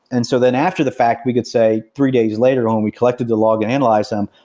and so then after the fact we could say three days later when we collected the log and analyzed them,